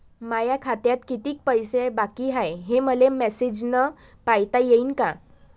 माया खात्यात कितीक पैसे बाकी हाय, हे मले मॅसेजन पायता येईन का?